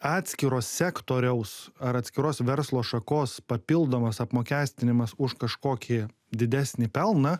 atskiro sektoriaus ar atskiros verslo šakos papildomas apmokestinimas už kažkokį didesnį pelną